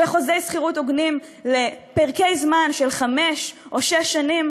וחוזי שכירות הוגנים לפרקי זמן של חמש או שש שנים,